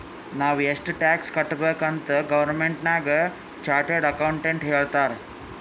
ನಾವ್ ಎಷ್ಟ ಟ್ಯಾಕ್ಸ್ ಕಟ್ಬೇಕ್ ಅಂತ್ ಗೌರ್ಮೆಂಟ್ಗ ಚಾರ್ಟೆಡ್ ಅಕೌಂಟೆಂಟ್ ಹೇಳ್ತಾರ್